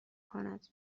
کند